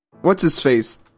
what's-his-face